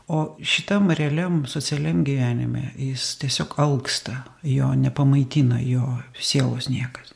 o šitam realiam socialiam gyvenime jis tiesiog alksta jo nepamaitina jo sielos niekas